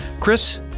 Chris